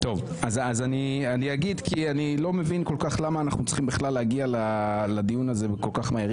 אני לא מבין כל כך למה אנחנו צריכים להגיע לדיון הזה כל כך מהר.